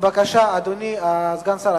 אדוני סגן השר,